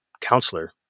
counselor